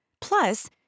Plus